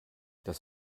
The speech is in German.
das